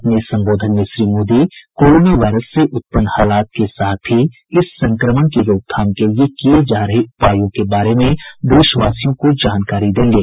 अपने संबोधन में श्री मोदी कोरोना वायरस से उत्पन्न हालात के साथ ही इस संक्रमण की रोकथाम के लिए किये जा रहे उपायों के बारे में देशवासियों को जानकारी देंगे